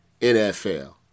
NFL